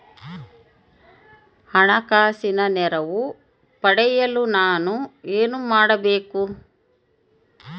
ಹಣಕಾಸಿನ ನೆರವು ಪಡೆಯಲು ನಾನು ಏನು ಮಾಡಬೇಕು?